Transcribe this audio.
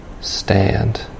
stand